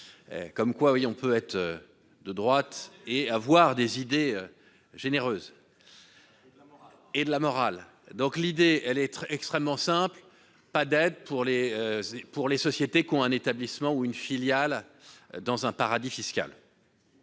Comme quoi, on peut être de droite et avoir des idées généreuses et de la morale. L'idée est extrêmement simple : pas d'aide pour les sociétés ayant un établissement ou une filiale dans un paradis fiscal.